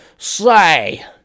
Say